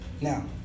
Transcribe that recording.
Now